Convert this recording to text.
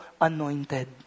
Anointed